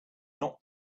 not